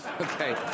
Okay